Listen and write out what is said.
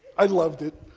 i loved it,